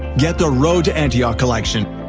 get the road to antioch collection,